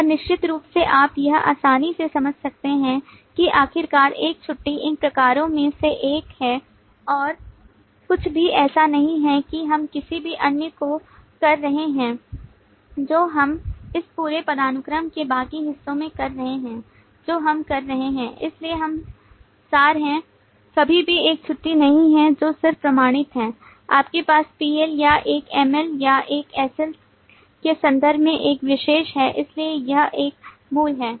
और निश्चित रूप से आप यह आसानी से समझ सकते हैं कि आखिरकार एक छुट्टी इन प्रकारों में से एक है और कुछ भी ऐसा नहीं है कि हम किसी भी अन्य को कर रहे हैं जो हम इस पूरे पदानुक्रम के बाकी हिस्सों में कर रहे हैं जो हम कर रहे हैं इसलिए हम सार हैं कभी भी एक छुट्टी नहीं है जो सिर्फ प्रमाणित है आपके पास PL या एक ML या एक SL के संदर्भ में एक विशेष है इसलिए यह एक मूल है